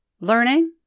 learning